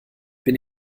bin